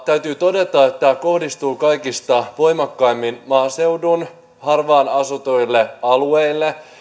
täytyy todeta että tämä kohdistuu kaikista voimakkaimmin maaseudun harvaan asutuille alueille